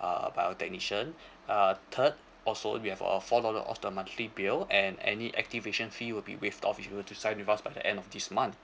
uh by our technician uh third also we have uh four dollars off the monthly bill and any activation fee will be waived off if you were to sign with us by the end of this month